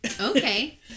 okay